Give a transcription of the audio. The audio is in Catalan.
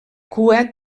cua